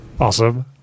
Awesome